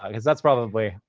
um cause that's probably,